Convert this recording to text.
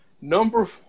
number